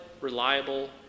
reliable